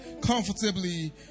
comfortably